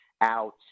out